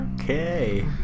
Okay